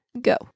go